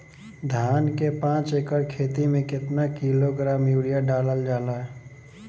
धान के पाँच एकड़ खेती में केतना किलोग्राम यूरिया डालल जाला?